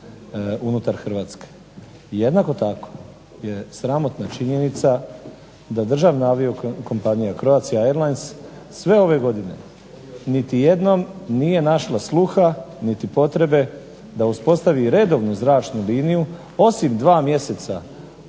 unutar Hrvatske. I jednako tako je sramotna činjenica da državna aviokompanija Croatia airlines sve ove godine niti jednom nije našlo sluha niti potrebe da uspostavi redovnu zračnu liniju osim dva mjeseca